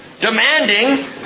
demanding